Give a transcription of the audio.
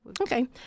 Okay